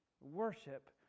worship